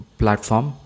platform